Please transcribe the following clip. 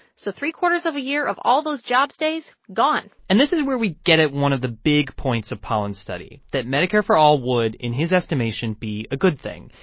so three-quarters of a year of all those jobs days gone and this is where we get at one of the big points of pollin's study that medicare for all would, in his estimation, be a good thing.